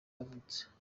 yavutse